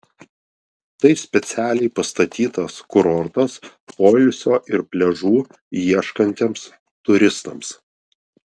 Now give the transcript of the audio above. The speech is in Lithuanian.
tai specialiai pastatytas kurortas poilsio ir pliažų ieškantiems turistams